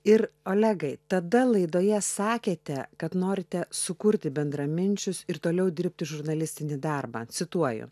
ir olegai tada laidoje sakėte kad norite sukurti bendraminčius ir toliau dirbti žurnalistinį darbą cituoju